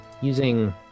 using